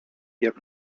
jak